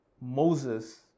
Moses